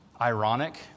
ironic